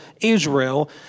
Israel